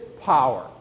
power